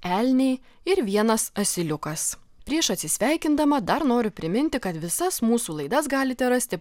elniai ir vienas asiliukas prieš atsisveikindama dar noriu priminti kad visas mūsų laidas galite rasti